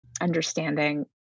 understanding